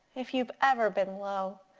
if you've ever been low.